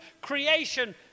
creation